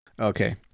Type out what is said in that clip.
Okay